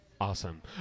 Awesome